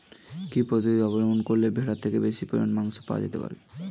কি পদ্ধতিতে অবলম্বন করলে ভেড়ার থেকে বেশি পরিমাণে মাংস পাওয়া যেতে পারে?